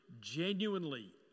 genuinely